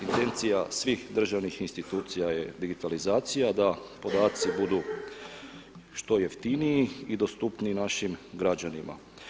Intencija svih državnih institucija je digitalizacija da podaci budu što jeftiniji i dostupniji našim građanima.